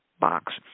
box